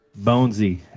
Bonesy